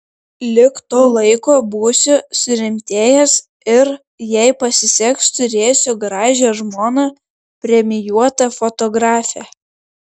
lig to laiko būsiu surimtėjęs ir jei pasiseks turėsiu gražią žmoną premijuotą fotografę